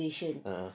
ah